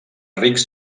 rics